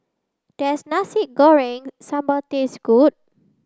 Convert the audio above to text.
does nasi goreng sambal taste good